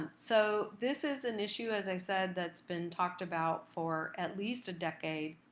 and so this is an issue, as i said, that's been talked about for at least a decade.